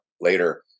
later